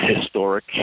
Historic